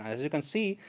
as you can see,